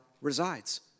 resides